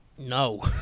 No